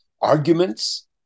arguments